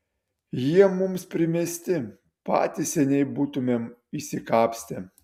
jie mums primesti patys seniai būtumėm išsikapstę